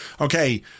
okay